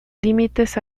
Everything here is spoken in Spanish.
límites